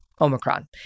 Omicron